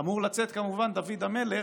אמור לצאת כמובן דוד המלך,